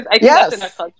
Yes